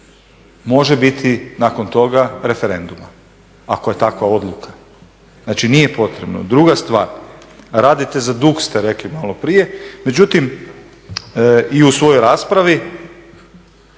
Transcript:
može biti nakon toga referenduma ako je takva odluka. Znači nije potrebno. Druga stvar. Radite za dug ste rekli malo prije. Međutim i u svojoj raspravi